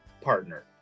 partner